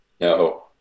No